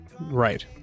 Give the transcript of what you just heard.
Right